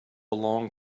long